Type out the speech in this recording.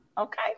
Okay